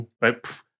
right